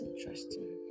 interesting